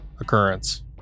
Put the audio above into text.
occurrence